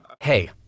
Hey